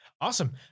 Awesome